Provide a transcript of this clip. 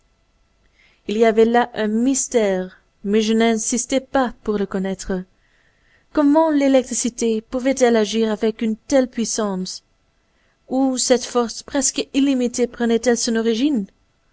il y avait là un mystère mais je n'insistai pas pour le connaître comment l'électricité pouvait-elle agir avec une telle puissance où cette force presque illimitée prenait elle son origine